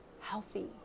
healthy